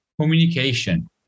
Communication